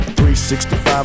365